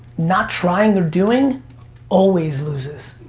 not trying or doing always loses.